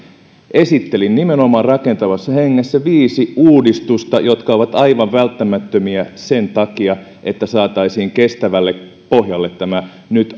esittelin nimenomaan rakentavassa hengessä viisi uudistusta jotka ovat aivan välttämättömiä sen takia että saataisiin kestävälle pohjalle tämä nyt